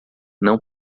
não